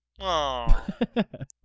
Aww